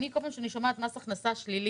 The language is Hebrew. כל פעם כשאני שומעת מס הכנסה שלילי,